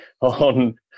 on